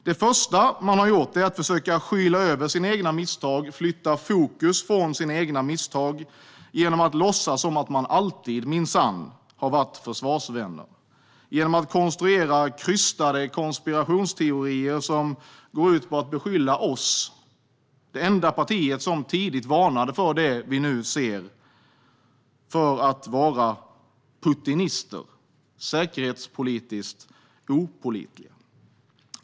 Det första de har gjort är att försöka skyla över sina egna misstag och flytta fokus från dem genom att låtsas som att de minsann alltid har varit försvarsvänner och genom att konstruera krystade konspirationsteorier som går ut på att beskylla oss, det enda parti som tidigt varnade för det som nu sker, för att vara putinister och säkerhetspolitiskt opålitliga.